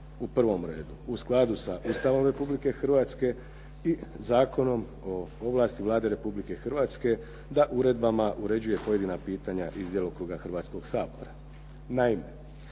u prvom redu u skladu sa Ustavom Republike Hrvatske i Zakonom o ovlasti Vlade Republike Hrvatske da uredbama uređuje pojedina pitanja iz djelokruga Hrvatskoga sabora. Naime,